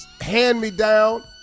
hand-me-down